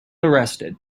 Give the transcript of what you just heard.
arrested